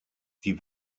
die